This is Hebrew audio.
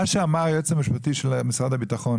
מה שאמר היועץ המשפטי של משרד הביטחון,